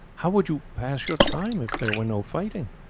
how would you pass your time if there were no fighting?